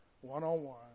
one-on-one